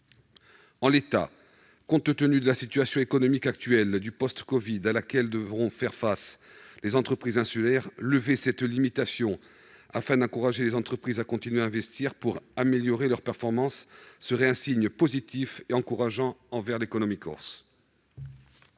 En l'état, compte tenu de la situation économique post-covid, à laquelle devront faire face les entreprises insulaires, lever cette limitation pour encourager les entreprises à continuer d'investir, afin d'améliorer leur performance, serait un signal positif et encourageant pour l'économie corse.